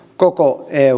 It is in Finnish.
koko eu